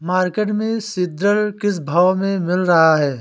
Market में seed drill किस भाव में मिल रहा है?